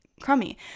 crummy